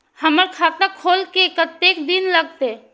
हमर खाता खोले में कतेक दिन लगते?